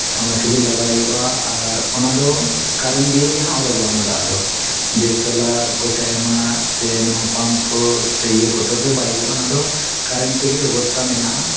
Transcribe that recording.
submersible ᱞᱟᱜᱟᱣ ᱦᱩᱭᱩᱜᱼᱟ ᱟᱨ ᱚᱱᱟᱫᱚ ᱠᱟᱨᱮᱱᱴ ᱫᱤᱭᱮ ᱜᱮ ᱦᱟᱸᱜ ᱩᱰᱩᱠᱚᱜᱼᱟ ᱚᱱᱟ ᱫᱟᱜ ᱫᱚ ᱥᱮ ᱥᱳᱞᱟᱨ ᱠᱚᱥᱮ ᱟᱭᱢᱟ ᱥᱮ ᱱᱚᱣᱟ ᱯᱟᱢ ᱠᱚ ᱥᱮ ᱤᱭᱟᱹ ᱠᱚᱛᱮ ᱛᱮ ᱵᱟᱭ ᱦᱩᱭᱩᱜᱼᱟ ᱚᱱᱟᱫᱚ ᱠᱟᱨᱮᱴ ᱛᱮᱜᱮ ᱵᱮᱵᱚᱥᱛᱷᱟ ᱢᱮᱱᱟᱜᱼᱟ